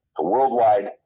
worldwide